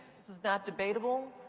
this is not debatable.